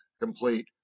complete